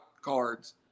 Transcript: cards